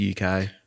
UK